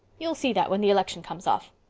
you'll see that when the election comes off.